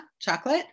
chocolate